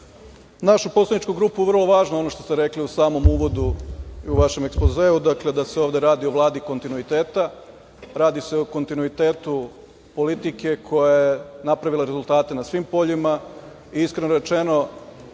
našu poslaničku grupu je vrlo važno ono što ste rekli u samom uvodu i u vašem ekspozeu, da se ovde radi o Vladi kontinuiteta. Radi se o kontinuitetu politike koja je napravila rezultate na svim poljima. Iskreno rečeno,